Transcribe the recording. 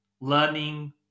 learning